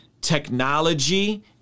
technology